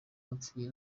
yapfuye